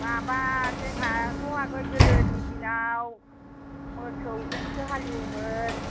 माबा जोंहाथ' आगोल गोदोनि दिनाव मोसौजोंसो हालिवोमोन